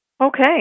Okay